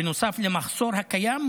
בנוסף למחסור הקיים,